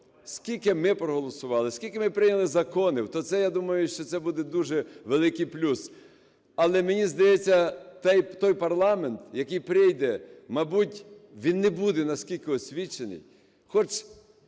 скільки ми проголосували, скільки ми прийняли законів, то це, я думаю, що це буде дуже великий плюс. Але, мені здається, той парламент, який прийде, мабуть, він не буде на стільки освічений.